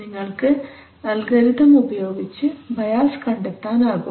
നിങ്ങൾക്ക് അൽഗോരിതം ഉപയോഗിച്ചു ബയാസ് കണ്ടെത്താൻ ആകും